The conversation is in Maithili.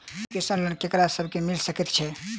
एजुकेशन लोन ककरा सब केँ मिल सकैत छै?